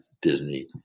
Disney